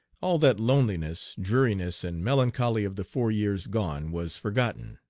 all that loneliness, dreariness, and melancholy of the four years gone was forgotten.